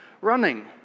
running